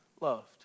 loved